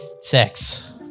sex